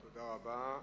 תודה רבה.